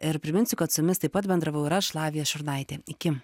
ir priminsiu kad su jumis taip pat bendravau ir aš lavija šurnaitė iki